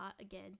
again